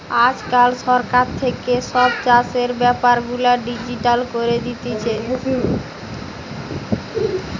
আজকাল সরকার থাকে সব চাষের বেপার গুলা ডিজিটাল করি দিতেছে